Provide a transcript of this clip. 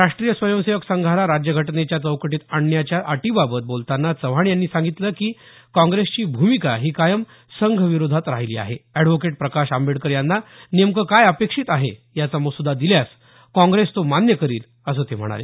राष्ट्रीय स्वयंसेवक संघाला राज्यघटनेच्या चौकटीत आणण्याच्या अटीबाबत बोलतांना चव्हाण यांनी सांगितलं की काँग्रेसची भूमिका ही कायम संघ विरोधात राहिली आहे एडव्होकेट प्रकाश आंबेडकर यांना नेमके काय अपेक्षित आहे याचा मसुदा दिल्यास काँग्रेस तो मान्य करील असं ते म्हणाले